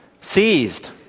seized